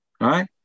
right